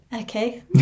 Okay